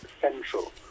central